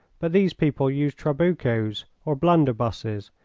but these people used trabucos, or blunderbusses,